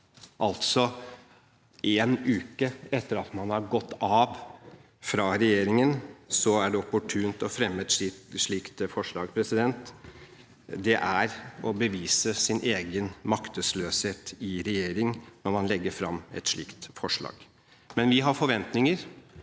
En uke etter at man har gått av fra regjeringen, er det opportunt å fremme et slikt forslag. Det er å bevise sin egen maktesløshet i regjering når man legger fram et slikt forslag. Vi har forventninger,